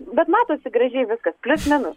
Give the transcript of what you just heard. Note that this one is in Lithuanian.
bet matosi gražiai viskas plius minus